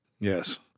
Yes